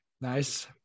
Nice